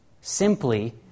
simply